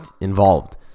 involved